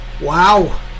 Wow